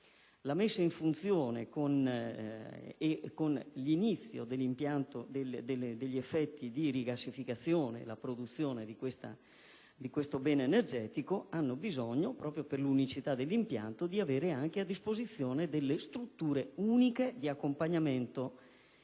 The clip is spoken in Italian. La messa in funzione e l'inizio degli effetti dell'impianto di rigassificazione e della produzione di questo bene energetico hanno bisogno, proprio per l'unicità dell'impianto, di avere a disposizione delle strutture uniche di accompagnamento e di